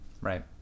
right